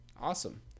Awesome